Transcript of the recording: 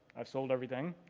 i've sold everything,